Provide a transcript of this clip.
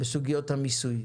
בסוגיות המיסוי,